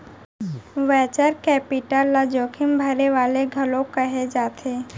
venture capital ल जोखिम भरे वाले घलोक कहे जाथे